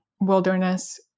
wilderness